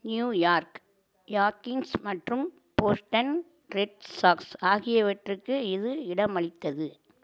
New York யாக்கிங்ஸ் மற்றும் Boston Red Sox ஆகியவற்றுக்கு இது இடமளித்தது